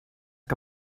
que